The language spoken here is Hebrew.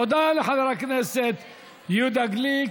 תודה לחבר הכנסת יהודה גליק.